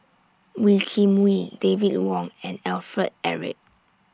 Wee Kim Wee David Wong and Alfred Eric